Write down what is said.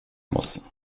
muss